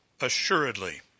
assuredly